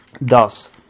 thus